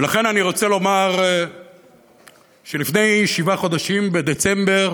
ולכן אני רוצה לומר שלפני שבעה חודשים, בדצמבר